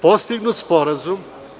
Postignut je sporazum.